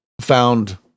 found